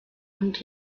und